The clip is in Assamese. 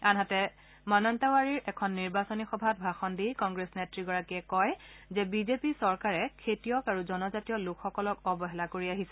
আনহাতে মনন্তাৱাৰীৰ এখন নিৰ্বাচনী সভাত ভাষণ দি কংগ্ৰেছ নেত্ৰীগৰাকীয়ে কয় যে বিজেপি চৰকাৰে খেতিয়ক আৰু জনজাতীয় লোকসকলক অৱহেলা কৰি আহিছে